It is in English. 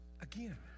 again